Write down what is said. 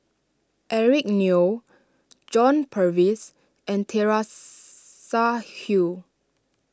Eric Neo John Purvis and Teresa Hsu